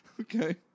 Okay